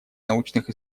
научных